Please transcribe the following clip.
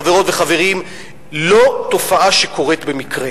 חברות וחברים, לא תופעה שקורית במקרה.